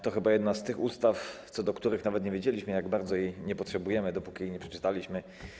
To chyba jedna z tych ustaw, co do których nawet nie wiedzieliśmy, jak bardzo ich nie potrzebujemy, dopóki ich nie przeczytaliśmy.